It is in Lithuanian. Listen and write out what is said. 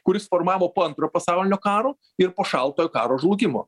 kuris formavo po antro pasaulinio karo ir po šaltojo karo žlugimo